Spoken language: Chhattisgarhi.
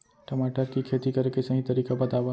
टमाटर की खेती करे के सही तरीका बतावा?